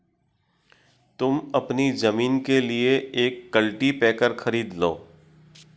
तुम अपनी जमीन के लिए एक कल्टीपैकर खरीद लो